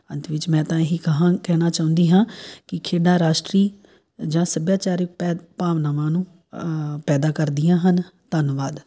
ਅੰਤ ਵਿਚ ਮੈਂ ਤਾਂ ਇਹ ਹੀ ਕਹਾਂ ਕਹਿਣਾ ਚਾਹੁੰਦੀ ਹਾਂ ਕਿ ਖੇਡਾਂ ਰਾਸ਼ਟਰੀ ਜਾਂ ਸੱਭਿਆਚਾਰਕ ਭੈਅ ਭਾਵਨਾਵਾਂ ਨੂੰ ਪੈਦਾ ਕਰਦੀਆਂ ਹਨ ਧੰਨਵਾਦ